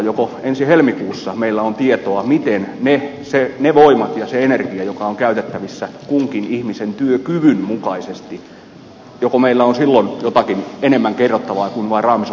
joko ensi helmikuussa meillä on tietoa miten käytetään ne voimat ja se energia joka on käytettävissä kunkin ihmisen työkyvyn mukaisesti joko meillä on silloin jotakin enemmän kerrottavaa kuin vain raamisopimuksen kirjaukset